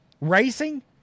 Racing